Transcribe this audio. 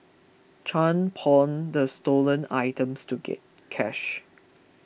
Chan pawned the stolen items to get cash